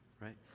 Right